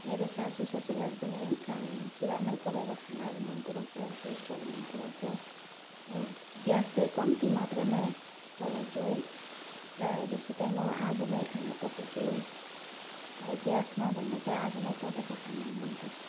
मेरो सासु ससुराले पनि है कहाँ चुलामै पकाएको खानाहरू मन पराउँछ टेस्टहरू मन पराउँछ म ग्यास चाहिँ कम्ती मात्रामै चलाउँछु है प्रायः जस्तो चाहिँ म आगोमै खाना पकाउँछु मलाई ग्यासमा भन्दा चाहिँ आगोमै पकाएको खाना मनपर्छ